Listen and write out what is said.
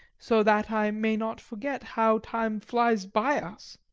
so that i may not forget how time flies by us,